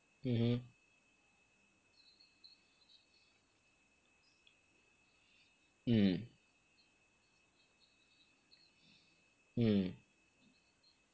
mmhmm mm mm